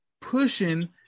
pushing